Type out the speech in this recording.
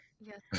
Yes